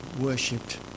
worshipped